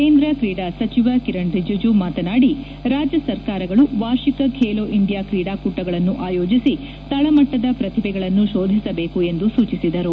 ಕೇಂದ್ರ ಕ್ರೀಡಾ ಸಚಿವ ಕಿರಣ್ ರಿಜಿಜು ಮಾತನಾದಿ ರಾಜ್ಯ ಸರ್ಕಾರಗಳು ವಾರ್ಷಿಕ ಖೇಲೋ ಇಂಡಿಯಾ ಕ್ರೀಡಾಕೂಟಗಳನ್ನು ಆಯೋಜಿಸಿ ತಳಮಟ್ಟದ ಪ್ರತಿಭೆಗಳನ್ನು ಶೋಧಿಸಬೇಕು ಎಂದು ಸೂಚಿಸಿದರು